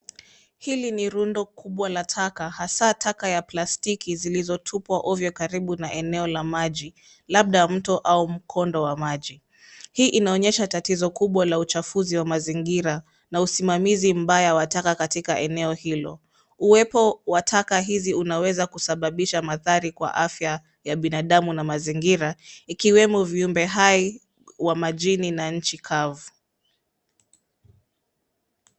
Hili ni rundo kubwa la taka hasa taka ya plastiki zilizotupwa ovyo karibu na eneo la maji labda mto au mkondo wa maji. Hii inaonyesha tatizo kubwa la uchafuzi wa mazingira na usisamamizi mbaya wa taka katika eneo hilo. Uwepo wa taka hizi unaweza kusababisha madhari kwa afya ya binadamu na mazingira ikiwemo viumbe hai wa majini na nchi kavu.